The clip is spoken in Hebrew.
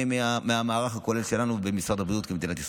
מהמערך הכולל שלנו במשרד הבריאות כמדינת ישראל.